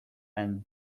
and